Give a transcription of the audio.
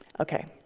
ok.